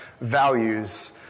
values